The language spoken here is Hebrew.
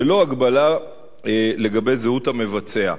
בלא הגבלה לגבי זהות המבצע.